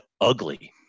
ugly